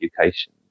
education